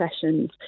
sessions